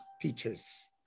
teachers